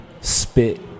spit